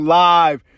live